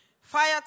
Fire